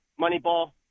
Moneyball